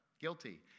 guilty